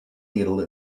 needle